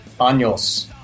años